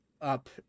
up